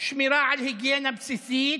שמירה על היגיינה בסיסית